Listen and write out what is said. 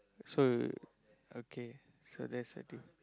so okay so that's a diff~